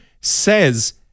says